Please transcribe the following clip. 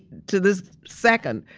to this second,